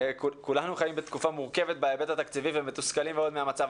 כולנו חיים בתקופה מורכבת בהיבט התקציבי ומתוסכלים מאוד מהמצב.